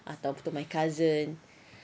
ah atau to my cousin